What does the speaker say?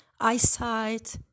eyesight